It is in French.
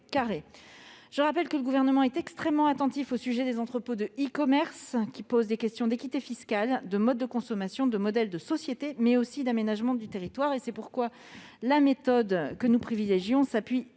Je rappelle que le Gouvernement est extrêmement attentif au sujet des entrepôts de e-commerce, qui posent des questions d'équité fiscale, de mode de consommation et de modèle de société, mais aussi d'aménagement du territoire. C'est pourquoi la méthode que nous privilégions s'appuie,